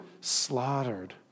slaughtered